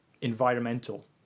environmental